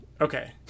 Okay